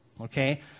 Okay